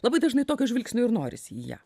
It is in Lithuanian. labai dažnai tokio žvilgsnio ir norisi į ją